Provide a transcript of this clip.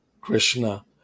Krishna